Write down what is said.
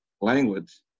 language